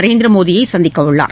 நரேந்திர மோடியை சந்திக்க உள்ளார்